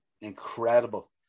Incredible